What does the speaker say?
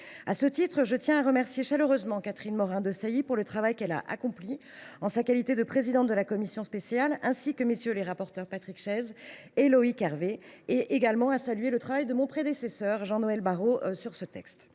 législatif. Je remercie chaleureusement Catherine Morin Desailly pour le travail qu’elle a accompli en sa qualité de présidente de la commission spéciale, ainsi que les rapporteurs Patrick Chaize et Loïc Hervé. Je salue également le travail de mon prédécesseur, Jean Noël Barrot, sur ce projet